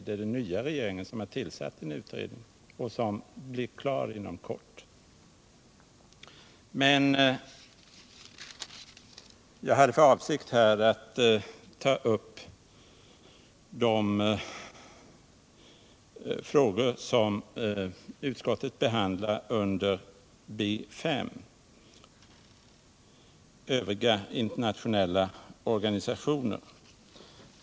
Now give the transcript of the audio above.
Det är den nya regeringen som tillsatt utredningen, vilken blir klar inom kort. Men jag hade för avsikt att ta upp de frågor som utskottet behandlar under B 5: Övriga internationella organisationer.